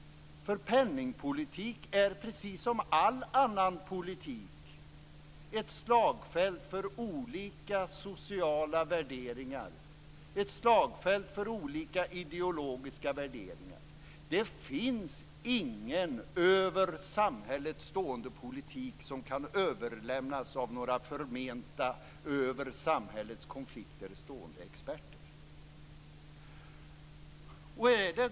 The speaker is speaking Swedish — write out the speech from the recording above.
Penningpolitik är, precis som all annan politik, ett slagfält för olika sociala och ideologiska värderingar. Det finns ingen över samhället stående politik som kan överlämnas till några förmenta över samhällets konflikter stående experter.